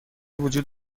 وجود